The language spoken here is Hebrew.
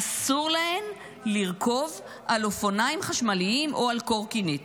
אסור להן לרכוב על אופניים חשמליים או על קורקינט.